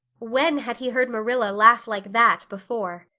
when had he heard marilla laugh like that before?